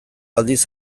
aldiz